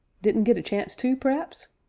didn't git a chance to, p'r'aps?